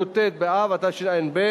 י"ט באב התשע"ב,